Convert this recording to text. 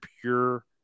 pure